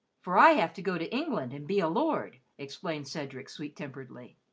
for i have to go to england and be a lord, explained cedric, sweet-temperedly.